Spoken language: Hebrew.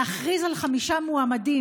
להכריז על חמישה מועמדים,